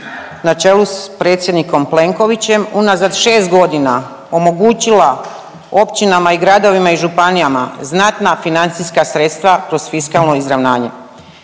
na čelu s predsjednikom Plenkovićem unazad 6 godina omogućila općinama i gradovima i županijama znatna financijska sredstva kroz fiskalno izravnanje.